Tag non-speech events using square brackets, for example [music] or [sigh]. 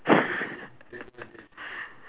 [laughs]